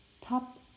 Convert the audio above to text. Top